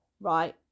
right